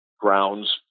grounds